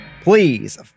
Please